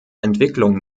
entwicklung